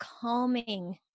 calming